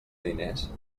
diners